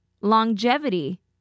Longevity